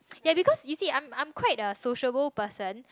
ya because you see I'm I'm quite a sociable person